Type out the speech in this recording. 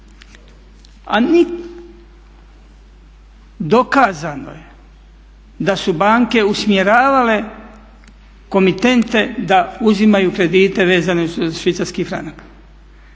Dokazano je da su banke usmjeravale komitente da uzimaju kredite vezane za švicarski franak